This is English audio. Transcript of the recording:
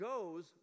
goes